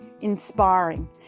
inspiring